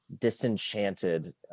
disenchanted